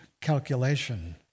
calculation